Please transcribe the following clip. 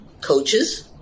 coaches